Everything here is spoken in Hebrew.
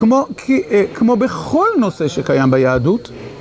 כמו כי, כמו בכל נושא שקיים ביהדות.